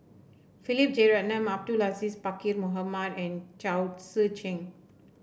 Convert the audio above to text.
Philip Jeyaretnam Abdul Aziz Pakkeer Mohamed and Chao Tzee Cheng